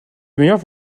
meilleurs